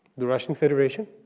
the russian federation,